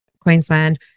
queensland